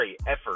effort